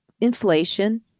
inflation